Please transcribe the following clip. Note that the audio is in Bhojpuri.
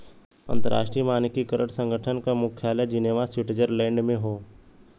अंतर्राष्ट्रीय मानकीकरण संगठन क मुख्यालय जिनेवा स्विट्जरलैंड में हौ